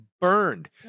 burned